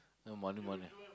no money money